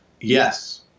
yes